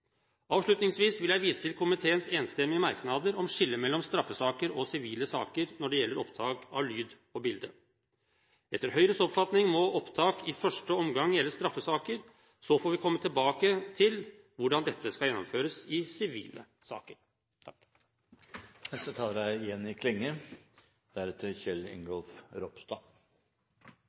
Avslutningsvis vil jeg vise til komiteens enstemmige merknader om skillet mellom straffesaker og sivile saker når det gjelder opptak av lyd og bilde. Etter Høyres oppfatning må opptak i første omgang gjelde straffesaker, så får vi komme tilbake til hvordan dette skal gjennomføres i sivile saker. Rettssikkerheit er